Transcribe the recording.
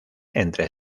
entre